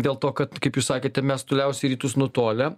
dėl to kad kaip jūs sakėte mes toliausiai į rytus nutolę